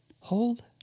hold